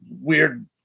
weird